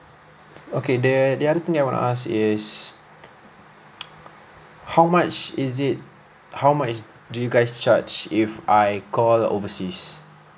okay the the other thing I want to ask is how much is it how much do you guys charge if I call overseas